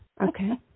Okay